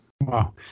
Wow